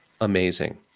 amazing